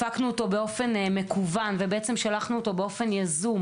הפקנו אותו באופן מקוון ושלחנו אותו באופן יזום,